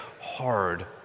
hard